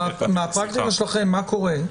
מהפרקטיקה שלכם מה קורה?